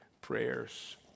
prayers